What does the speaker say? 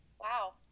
wow